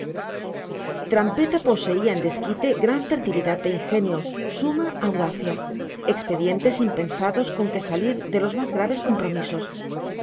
trampeta poseía en desquite gran fertilidad de ingenio suma audacia expedientes impensados con que salir de los más graves compromisos